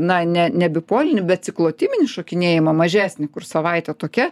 na ne ne bipolinį bet ciklotiminį šokinėjimą mažesnį kur savaitė tokia